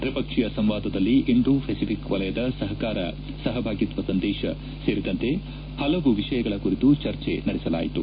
ತ್ರಿಪಕ್ಷೀಯ ಸಂವಾದದಲ್ಲಿ Indo Pacific ವಲಯದ ಸಹಕಾರ ಸಹಭಾಗೀತ್ವ ಸೇರಿದಂತೆ ಹಲವು ವಿಷಯಗಳ ಕುರಿತು ಚರ್ಚೆ ನಡೆಸಲಾಯಿತು